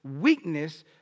weakness